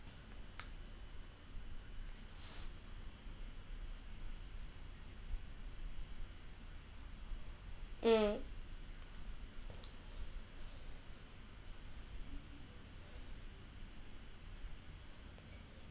mm